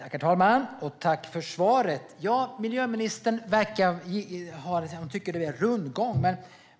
Herr talman! Tack för svaret! Miljöministern tycker att det blir rundgång.